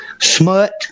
smut